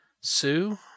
sue